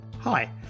Hi